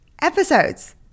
episodes